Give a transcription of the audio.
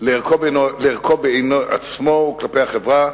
לערכו בעיני עצמו וכלפי החברה,